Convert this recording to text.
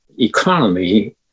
economy